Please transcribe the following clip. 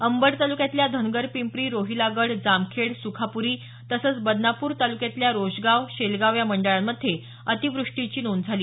अंबड तालुक्यातल्या धनगरपिंप्री रोहिलागड जामखेड सुखापुरी तसंच बदनापूर तालुक्यातल्या रोषगाव शेलगाव या मंडळांमध्ये अतिवृष्टीची नोंद झाली